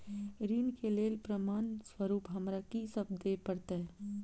ऋण केँ लेल प्रमाण स्वरूप हमरा की सब देब पड़तय?